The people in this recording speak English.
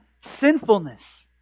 sinfulness